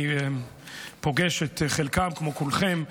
אני פוגש את חלקן, כמו כולכם,